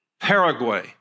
Paraguay